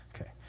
Okay